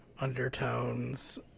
undertones